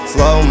Slow